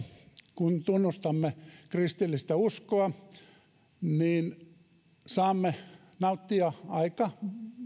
kun tunnustamme kristillistä uskoa saamme nauttia aika